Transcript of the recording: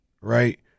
right